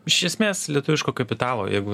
iš esmės lietuviško kapitalo jeigu